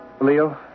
Leo